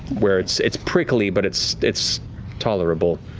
where it's it's prickly, but it's it's tolerable.